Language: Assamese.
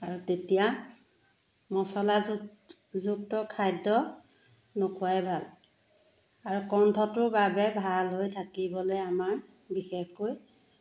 আৰু তেতিয়া মছলাযুক্তযুক্ত খাদ্য নোখোৱাই ভাল আৰু কণ্ঠটোৰ বাবে ভাল হৈ থাকিবলৈ আমাৰ বিশেষকৈ